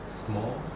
small